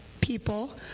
people